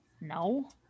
No